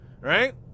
right